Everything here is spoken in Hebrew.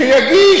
שיגיש.